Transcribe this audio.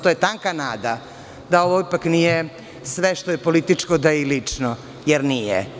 To je tanka nada da ovo ipak nije sve što je političko da je i lično, jer nije.